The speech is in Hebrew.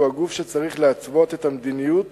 הוא הגוף שצריך להתוות את המדיניות